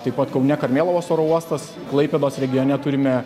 taip pat kaune karmėlavos oro uostas klaipėdos regione turime